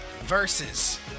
versus